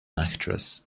actress